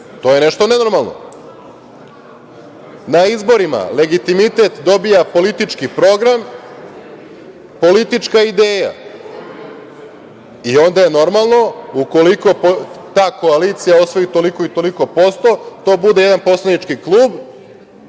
To je nešto nenormalno. Na izborima legitimitet dobija politički program, politička ideja i onda je normalno ukoliko ta koalicija osvoji toliko i toliko posto, to bude jedan poslanički klub